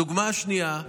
הדוגמה השנייה,